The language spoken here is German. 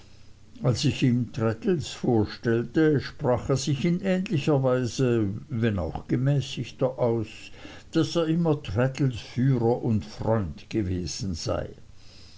als ich ihm traddles vorstellte sprach er sich in ähnlicher weise wenn auch gemäßigter aus daß er immer traddles führer und freund gewesen sei